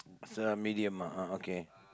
so medium uh ah okay